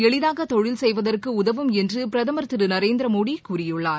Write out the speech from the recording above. எளிதாகதொழில் செய்வதற்குஉதவும் என்றுபிரதமர் திருநரேந்திரமோடிகூறியுள்ளார்